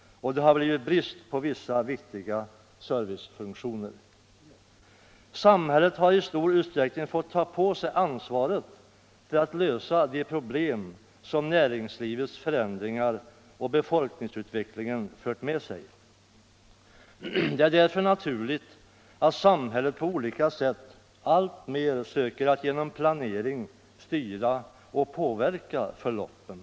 och det har blivit brist på vissa viktiga servicefunktioner. Samhället har i stor utsträckning fått ta på sig ansvaret för att lösa de problem som näringslivets förändringar och befolkningsutvecklingen fört med sig. Det är därför naturligt att samhället på olika sätt alltmer söker att genom planering styra och påverka förloppen.